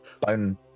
bone